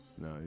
No